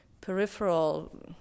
peripheral